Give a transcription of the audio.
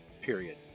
Period